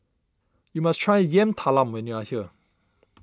you must try Yam Talam when you are here